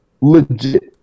legit